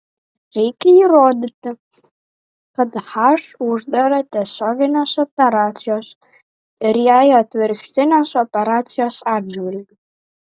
reikia įrodyti kad h uždara tiesioginės operacijos ir jai atvirkštinės operacijos atžvilgiu